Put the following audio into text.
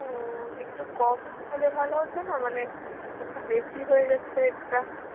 ও একটু কম হলে ভালো হত না মানে একটু বেশি হয়ে যাচ্ছে রেটটা